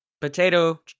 Potato